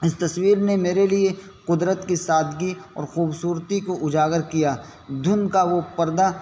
اس تصویر نے میرے لیے قدرت کی سادگی اور خوبصورتی کو اجاگر کیا دھند کا وہ پردہ